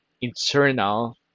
internal